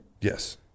Yes